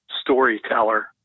storyteller